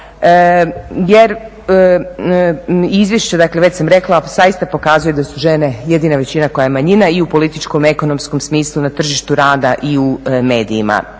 Jer izvješće, već sam rekla zaista pokazuje da su žene jedina većina koja je manjina, i u političkom, ekonomskom smislu na tržištu rada i u medijima.